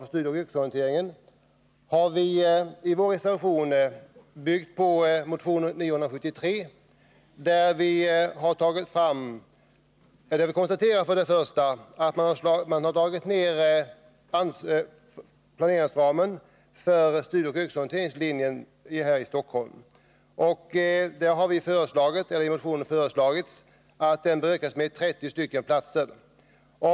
Reservation nr 1, som bygger på motion nr 973, handlar om planeringsramen för studieoch yrkesorienteringslinjen. Regeringen föreslår en minskning av planeringsramen för studieoch yrkesorienteringslinjen här i Stockholm. I vår motion föreslås att den i stället bör ökas med 30 platser.